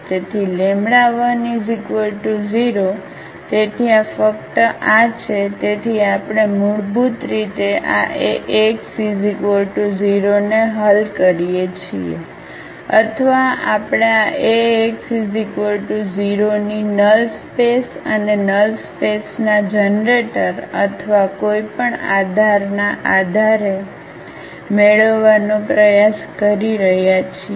તેથી 10 તેથી આ ફક્ત આ છે તેથી આપણે મૂળભૂત રીતે આ Ax 0 ને હલ કરીએ છીએ અથવા આપણે આ Ax 0 ની નલ સ્પેસ અને નલ સ્પેસના જનરેટર અથવા કોઈપણ આધારના આધારે મેળવવાનો પ્રયાસ કરી રહ્યા છીએ